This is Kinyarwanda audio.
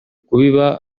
kubiba